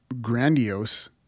grandiose